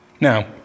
Now